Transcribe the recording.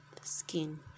skin